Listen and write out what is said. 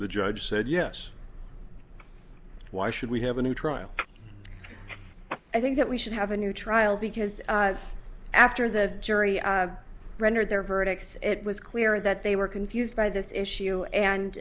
the judge said yes why should we have a new trial i think that we should have a new trial because after the jury rendered their verdict it was clear that they were confused by this issue and